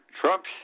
Trump's